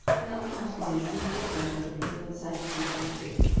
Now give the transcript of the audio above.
cannot cost me a single friend on the other side of the atlantic,